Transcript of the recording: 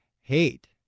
hate